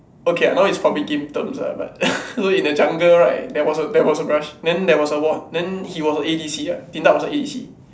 okay I know it's probably game terms ah but so in the jungle right there was a there was a brush then there was a ward then he was the A_D_C ah Din-Tat was the A_D_C